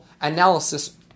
analysis